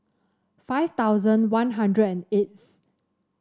five thousand One Hundred and eighth